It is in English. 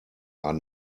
are